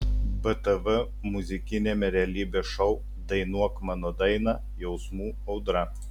btv muzikiniame realybės šou dainuok mano dainą jausmų audra